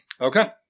Okay